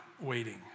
waiting